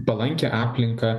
palankią aplinką